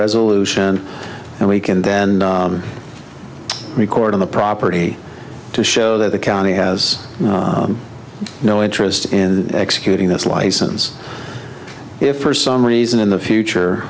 resolution and we can then record on the property to show that the county has no interest in executing this license if for some reason in the future